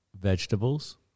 vegetables